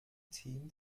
team